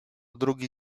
drugi